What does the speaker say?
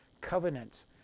covenants